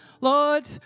Lord